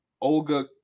Olga